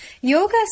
Yoga